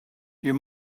you